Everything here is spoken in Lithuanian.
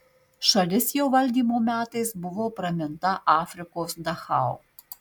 šalis jo valdymo metais buvo praminta afrikos dachau